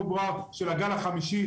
פברואר של הגל החמישי.